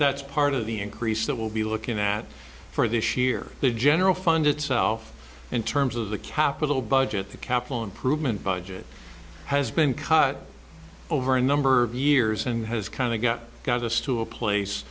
that's part of the increase that will be looking at for this year the general fund itself in terms of the capital budget the capital improvement budget has been cut over a number of years and has kind of got us to a place